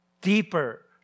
deeper